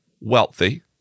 wealthy